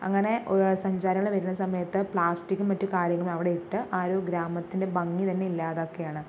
അങ്ങനെ സഞ്ചാരികൾ വരുന്ന സമയത്ത് പ്ലാസ്റ്റിക്കും മറ്റു കാര്യങ്ങളും അവിടെ ഇട്ട് ആ ഒരു ഗ്രാമത്തിൻ്റെ ഭംഗി തന്നെ ഇല്ലാതാക്കാണ്